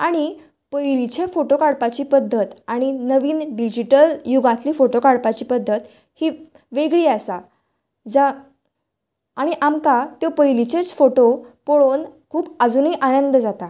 आनी पयलिचे फोटो काडपाची पद्दत आनी नवीन डिजीटल युगांतली फोटो काडपाची पद्दत ही वेगळीं आसा जा आनी आमकां त्यो पयलीच्योच फोटो पळोवन आजूनय आनंद जाता